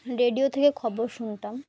radio থেকে খবর শুনতাম